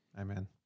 Amen